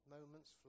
moments